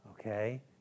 okay